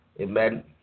amen